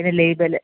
പിന്നെ ലേബല്